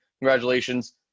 Congratulations